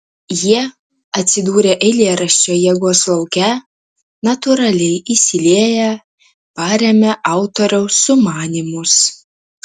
jie atsidūrę eilėraščio jėgos lauke natūraliai įsilieja paremia autoriaus sumanymus